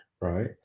right